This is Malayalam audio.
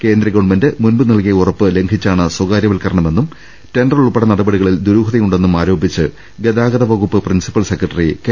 കേന്ദ്രഗവൺമെന്റ് മുമ്പ് നൽകിയ ഉറപ്പ് ലംഘിച്ചാണ് സ്വകാര്യവത്കരണമെന്നും ടെണ്ടർ ഉൾപ്പെടെ നടപ ടികളിൽ ദുരൂഹതയുണ്ടെന്നും ആരോപിച്ച് ഗതാഗതവകുപ്പ് പ്രിൻസിപ്പൽ സെക്രട്ടറി കെ